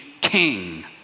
king